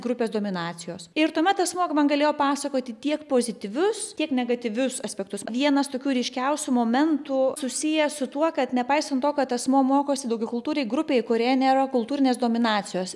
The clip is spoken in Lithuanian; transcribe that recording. grupės dominacijos ir tuomet asmuo man galėjo pasakoti tiek pozityvius tiek negatyvius aspektus vienas tokių ryškiausių momentų susijęs su tuo kad nepaisant to kad asmuo mokosi daugiakultūrėj grupėj kurioje nėra kultūrinės dominacijos